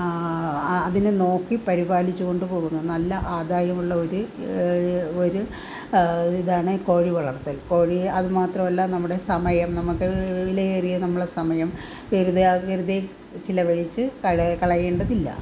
അതിനെ നോക്കി പരിപാലിച്ചു കൊണ്ടുപോകുന്നു നല്ല ആദായമുള്ള ഒരു ഒരു ഇതാണ് കോഴി വളർത്തൽ കോഴി അതു മാത്രവല്ല നമ്മുടെ സമയം നമുക്ക് നമുക്ക് വിലയേറിയ നമ്മളെ സമയം വെറുതെ വെറുതെ ചിലവഴിച്ച് കളയാൻ കളയേണ്ടതില്ല